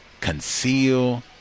conceal